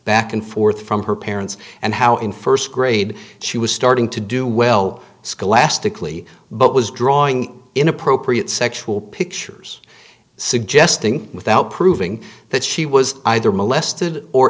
back and forth from her parents and how in first grade she was starting to do well scholastically but was drawing inappropriate sexual pictures suggesting without proving that she was either molested or